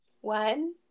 One